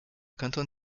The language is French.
canton